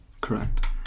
Correct